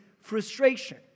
frustration